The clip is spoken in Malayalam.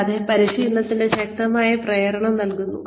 കൂടാതെ പരിശീലനത്തിന് ശക്തമായ പ്രേരണ നൽകുന്നു